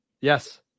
Yes